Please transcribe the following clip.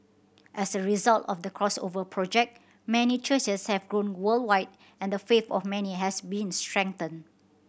as a result of the Crossover Project many churches have grown worldwide and the faith of many has been strengthened